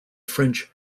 french